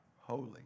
holy